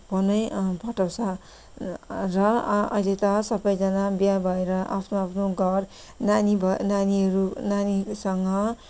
फोनै पठाउँछ र अहिले त सबैजना बिहा भएर आफ्नो आफ्नो घर नानी भयो नानीहरू नानीहरूसँग